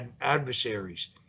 adversaries